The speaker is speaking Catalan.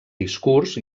discurs